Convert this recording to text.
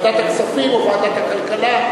ועדת הכספים או ועדת הכלכלה,